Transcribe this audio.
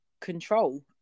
control